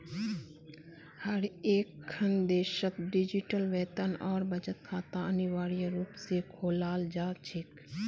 हर एकखन देशत डिजिटल वेतन और बचत खाता अनिवार्य रूप से खोलाल जा छेक